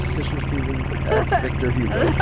fisher stevens that's victor hugo.